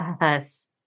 Yes